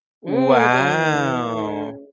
Wow